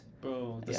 Bro